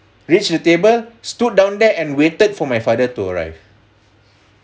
reach the table stood down there and waited for my father to arrive